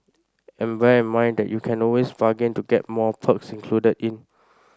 and bear in mind that you can always bargain to get more perks included in